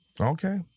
Okay